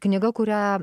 knyga kurią